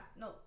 no